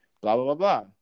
Blah-blah-blah-blah